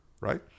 right